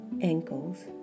ankles